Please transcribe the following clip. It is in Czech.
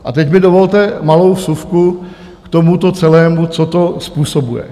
A teď mi dovolte malou vsuvku k tomuto celému, co to způsobuje.